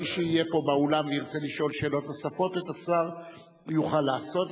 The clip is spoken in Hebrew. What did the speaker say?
מי שיהיה פה באולם וירצה לשאול שאלות נוספות את השר יוכל לעשות זאת.